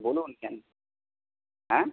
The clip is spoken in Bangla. বলুন হ্যাঁ